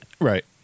right